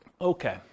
Okay